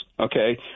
Okay